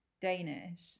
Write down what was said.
Danish